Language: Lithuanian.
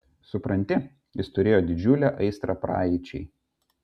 supranti jis turėjo didžiulę aistrą praeičiai